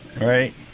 Right